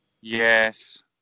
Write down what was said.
Yes